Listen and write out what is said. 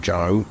Joe